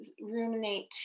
ruminate